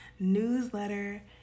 newsletter